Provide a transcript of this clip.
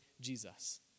Jesus